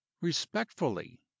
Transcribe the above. respectfully